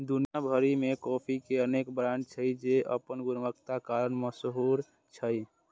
दुनिया भरि मे कॉफी के अनेक ब्रांड छै, जे अपन गुणवत्ताक कारण मशहूर छै